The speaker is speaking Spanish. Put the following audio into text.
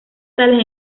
tales